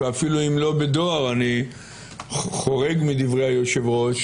אפילו אם לא בדואר אני חורג מדברי היושב-ראש